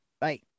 Bye